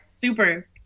Super